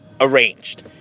arranged